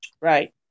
Right